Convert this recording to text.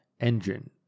engine